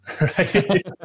right